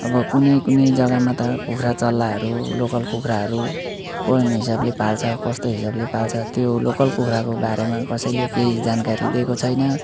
अब कुनै कुनै जग्गामा त कुखुरा चल्लाहरू लोकल कुखुराहरू कुन हिसाबले पाल्छ कस्तो हिसाबले पाल्छ त्यो लोकल कुखुराको बारेमा कसैले केही जानकारी दिएको छैन